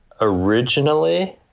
originally